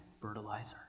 fertilizer